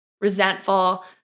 resentful